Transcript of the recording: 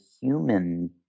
human